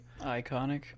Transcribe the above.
Iconic